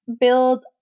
build